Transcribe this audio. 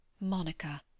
Monica